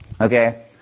Okay